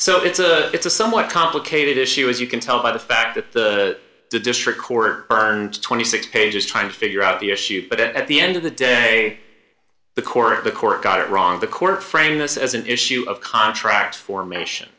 so it's a it's a somewhat complicated issue as you can tell by the fact that the district court burned twenty six dollars pages trying to figure out the issue but at the end of the day the court the court got it wrong the court framing this as an issue of contract formation